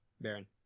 Baron